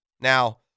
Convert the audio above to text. Now